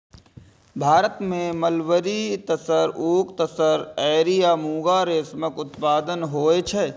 भारत मे मलबरी, तसर, ओक तसर, एरी आ मूंगा रेशमक उत्पादन होइ छै